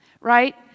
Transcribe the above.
Right